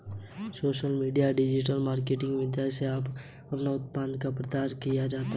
social media या digital marketing की मदद से अपने उत्पाद का प्रचार किया जाता है